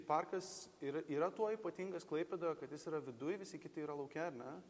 parkas yra yra tuo ypatingas klaipėdoje kad jis yra viduj visi kiti yra lauke ar ne